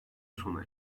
sona